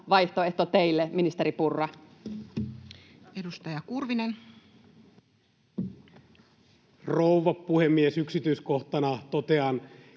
vaihtoehto teille, ministeri Purra? Edustaja Kurvinen. Arvoisa rouva puhemies! Yksityiskohtana totean